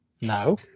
no